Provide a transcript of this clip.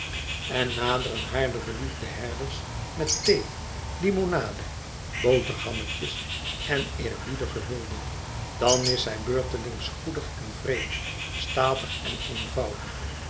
en naderen haar de verliefde herders met thee limonade boterhammetjes en eerbiedige hulde dan is zij beurtelings goedig en wreed statig en eenvoudig